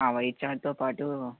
white చార్ట్తో పాటూ